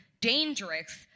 dangerous